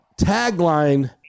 tagline